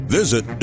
Visit